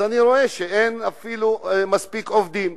אני רואה שאין מספיק עובדים.